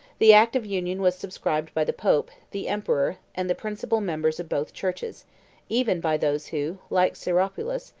the act of union was subscribed by the pope, the emperor, and the principal members of both churches even by those who, like syropulus,